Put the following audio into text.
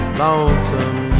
lonesome